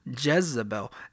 Jezebel